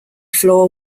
floor